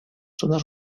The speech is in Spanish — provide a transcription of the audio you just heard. zonas